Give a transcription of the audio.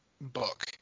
book